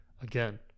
again